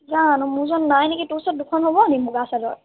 জানো মোৰ ওচৰত নাই নেকি তোৰ ওচৰত দুখন হ'ব নি মুগা চাদৰ